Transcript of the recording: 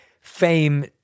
fame